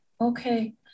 Okay